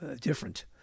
different